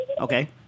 Okay